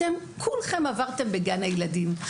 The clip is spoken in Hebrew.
אתם, כולכם עברתם בגן הילדים.